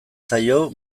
zaio